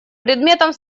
предметом